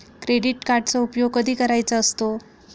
Credit कार्डचा उपयोग कधी करायचा असतो?